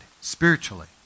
spiritually